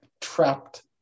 trapped